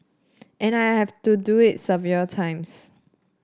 and I have to do it several times